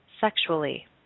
sexually